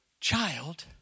child